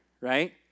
right